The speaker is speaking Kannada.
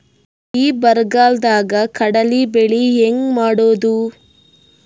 ಈ ಬರಗಾಲದಾಗ ಕಡಲಿ ಬೆಳಿ ಹೆಂಗ ಮಾಡೊದು?